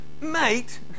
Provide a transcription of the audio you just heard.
mate